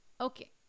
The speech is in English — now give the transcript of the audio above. Okay